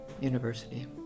university